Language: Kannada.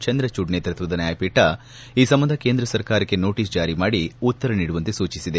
ಚಂದ್ರಚೂಡ್ ನೇತೃತ್ವದ ನ್ಯಾಯಪೀಠ ಈ ಸಂಬಂಧ ಕೇಂದ್ರ ಸರ್ಕಾರಕ್ಕೆ ನೋಟಸ್ ಜಾರಿ ಮಾಡಿ ಉತ್ತರ ನೀಡುವಂತೆ ಸೂಚಿಸಿದೆ